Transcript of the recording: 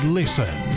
listen